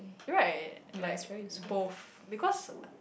right like both because